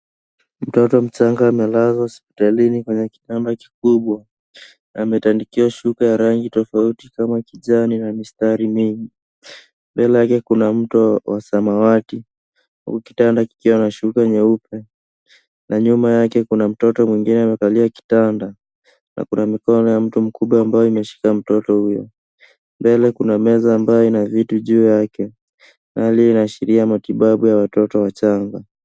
Mtoto mchanga amelazwa hospitalini kwenye kitanda kikubwa. Ametandikiwa shuka ya rangi tofauti kama kijani na mistari mingi. Mbele yake kuna mto wa samawati huku kitanda kikiwa na shuka nyeupe na nyuma yake kuna mtoto mwingine amekalia kitanda na kuna mikono ya mtu mkubwa ambayo imeshika mtoto huyo. Mbele kuna meza ambayo ina vitu juu yake. Hali inaashiria matibabu ya watoto wachanga.